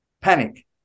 Panic